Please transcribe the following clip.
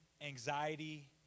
anxiety